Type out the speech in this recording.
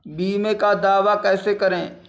बीमे का दावा कैसे करें?